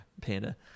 Panda